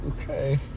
Okay